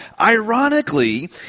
ironically